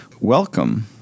welcome